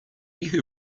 who